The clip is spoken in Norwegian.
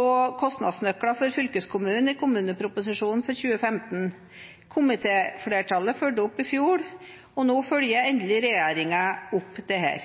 av kostnadsnøkler for fylkeskommunene i kommuneproposisjonen for 2015. Komitéflertallet fulgte opp i fjor, og nå følger endelig regjeringen opp dette.